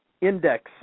index